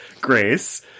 Grace